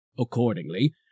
accordingly